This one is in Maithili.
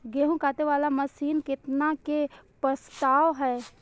गेहूँ काटे वाला मशीन केतना के प्रस्ताव हय?